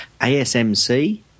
ASMC